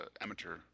amateur